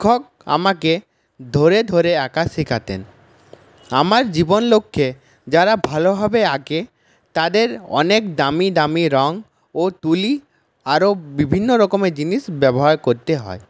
শিক্ষক আমাকে ধরে ধরে আঁকা শেখাতেন আমার জীবন লক্ষ্যে যারা ভালোভাবে আঁকে তাদের অনেক দামি দামি রঙ ও তুলি আরও বিভিন্ন রকমের জিনিস ব্যবহার করতে হয়